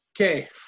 Okay